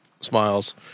Smiles